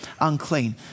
unclean